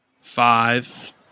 Five